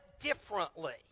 differently